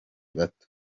bato